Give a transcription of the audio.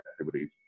activities